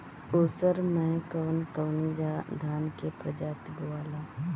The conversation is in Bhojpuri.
उसर मै कवन कवनि धान के प्रजाति बोआला?